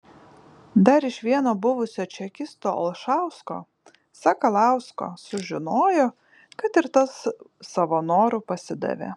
dar iš vieno buvusio čekisto olšausko sakalausko sužinojo kad ir tas savo noru pasidavė